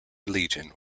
legion